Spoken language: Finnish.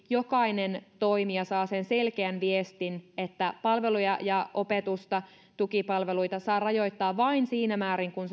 jokainen toimija saa sen selkeän viestin että palveluja ja opetusta tukipalveluita saa rajoittaa vain siinä määrin kuin